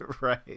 Right